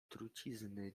trucizny